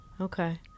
Okay